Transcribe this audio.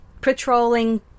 patrolling